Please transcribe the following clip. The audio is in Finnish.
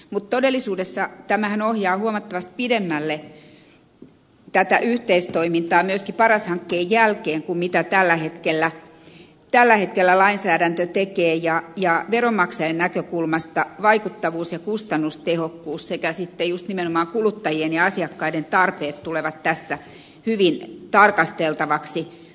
mutta todellisuudessa tämähän ohjaa huomattavasti pidemmälle tätä yhteistoimintaa myöskin paras hankkeen jälkeen kuin tällä hetkellä lainsäädäntö tekee ja veronmaksajien näkökulmasta vaikuttavuus ja kustannustehokkuus sekä sitten juuri nimenomaan kuluttajien ja asiakkaiden tarpeet tulevat tässä hyvin tarkasteltavaksi